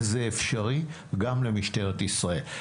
וזה אפשרי גם למשטרת ישראל.